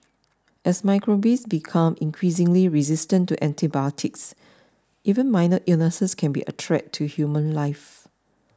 as microbes become increasingly resistant to antibiotics even minor illnesses can be a threat to human life